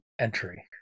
entry